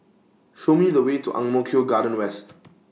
Show Me The Way to Ang Mo Kio Garden West